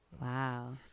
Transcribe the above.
Wow